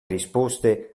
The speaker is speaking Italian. risposte